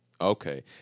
okay